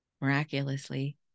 miraculously